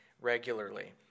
regularly